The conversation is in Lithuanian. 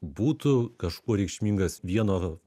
būtų kažkuo reikšmingas vieno